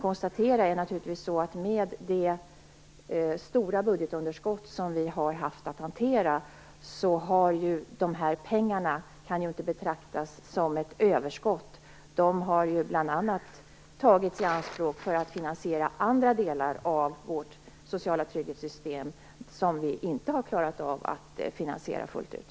Med det stora budgetunderskott som vi har haft att hantera kan dessa pengar inte betraktas som ett överskott. De har bl.a. tagits i anspråk för att finansiera andra delar av vårt sociala trygghetssystem som vi inte har klarat av att finansiera fullt ut.